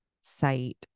site